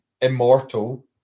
immortal